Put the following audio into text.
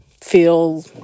feel